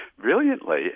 brilliantly